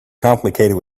complicated